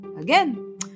again